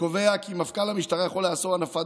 שקובע כי מפכ"ל המשטרה יכול לאסור הנפת